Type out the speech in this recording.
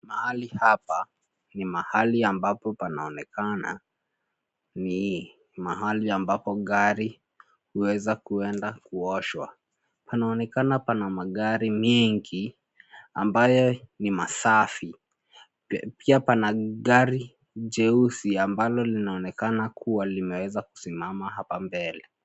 Mahali hapa ni mahali ambapo panaonekana ni mahali ambapo gari huweza kuenda kuoshwa. Panaonekana pana magari mingi ambayo ni masafi. Pia pana gari jeusi ambalo linaonekana kuwa limeweza kusimama hapa mbele.